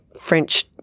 French